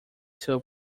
two